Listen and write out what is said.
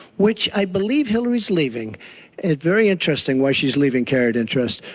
which i believe hillary is leaving and very interesting why she is leaving carried interest.